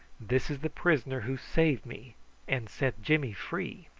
this is the prisoner who saved me and set jimmy free!